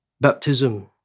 baptism